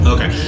Okay